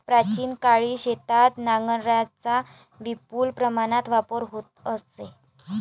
प्राचीन काळी शेतीत नांगरांचा विपुल प्रमाणात वापर होत असे